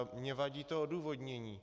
Mně vadí to odůvodnění.